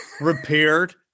repaired